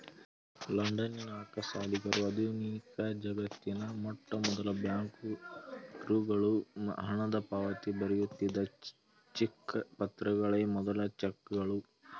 ಲಂಡನ್ನಿನ ಅಕ್ಕಸಾಲಿಗರು ಆಧುನಿಕಜಗತ್ತಿನ ಮೊಟ್ಟಮೊದಲ ಬ್ಯಾಂಕರುಗಳು ಹಣದಪಾವತಿ ಬರೆಯುತ್ತಿದ್ದ ಚಿಕ್ಕ ಪತ್ರಗಳೇ ಮೊದಲನೇ ಚೆಕ್ಗಳು